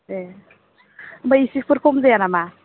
ए ओमफ्राय इसेफोर खम जाया नामा